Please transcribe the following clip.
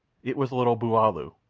it was little buulaoo,